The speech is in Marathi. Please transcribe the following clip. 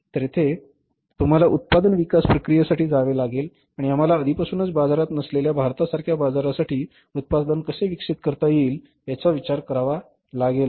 तर तेथे तुम्हाला उत्पादन विकास प्रक्रियेसाठी जावे लागेल आणि तुम्हाला आधीपासूनच बाजारात नसलेल्या भारतासारख्या बाजारासाठी उत्पादन कसे विकसित करता येईल याचा विचार करावा लागेल